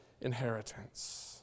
inheritance